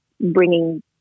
bringing